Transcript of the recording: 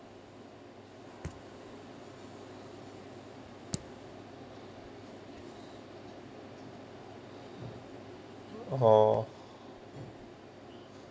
oh